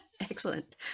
Excellent